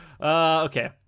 Okay